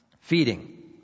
Feeding